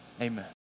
amen